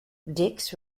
dix